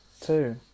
Two